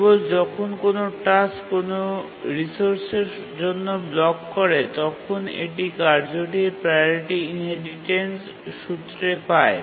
কেবল যখন কোনও টাস্ক কোনও রিসোর্সের জন্য ব্লক করে তখন এটি কার্যটির প্রাওরিটি ইনহেরিটেন্স সূত্রে পায়